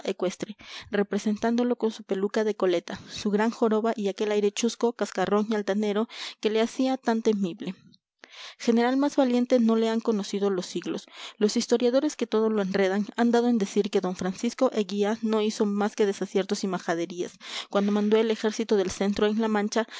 ecuestre representándolo con su peluca de coleta su gran joroba y aquel aire chusco cascarrón y altanero que le hacía tan temible general más valiente no le han conocido los siglos los historiadores que todo lo enredan han dado en decir que d francisco eguía no hizo más que desaciertos y majaderías cuando mandó el ejército del centro en la mancha